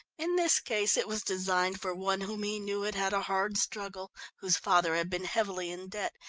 in this case, it was designed for one whom he knew had had a hard struggle, whose father had been heavily in debt,